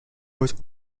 was